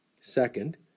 Second